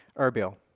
erbil